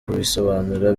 kubisobanura